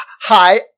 Hi